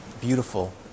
beautiful